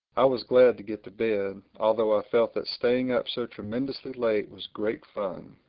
i was glad to get to bed, although i felt that staying up so tremendously late was great fun.